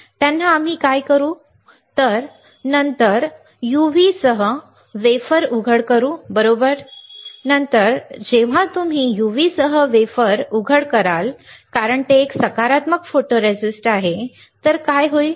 त्यानंतर आम्ही काय करू तर नंतर तुम्ही यूव्ही सह वेफर उघड कराल बरोबर नंतर जेव्हा तुम्ही यूव्ही सह वेफर उघड कराल कारण ते एक सकारात्मक फोटोरिस्ट आहे काय होईल